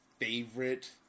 favorite